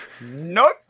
Nope